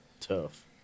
Tough